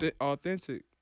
authentic